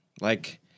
Like-